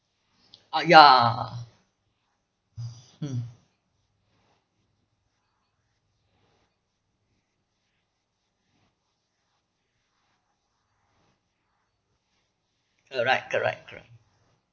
ah ya mmhmm correct correct correct